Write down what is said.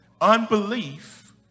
unbelief